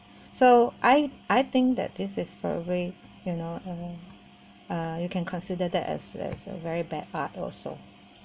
so I I think that this is for a way you know uh uh you can consider that as as a very bad art also